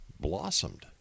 blossomed